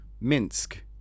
Minsk